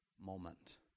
moment